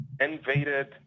invaded